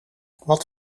wat